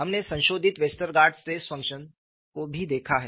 हमने संशोधित Westergaard stress functions को भी देखा है